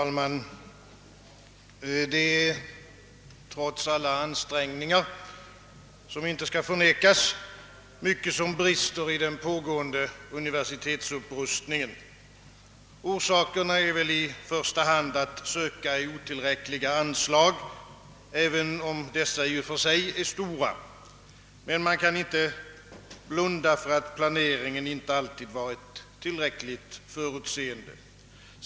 Herr talman! Trots alla ansträngningar, som inte skall förnekas, är det många brister i den pågående universitetsupprustningen. Orsakerna är väl i första hand att söka i otillräckliga anslag, även om dessa i och för sig är stora. Därutöver kan man inte blunda för att planeringen inte alltid varit tillräckligt förutseende.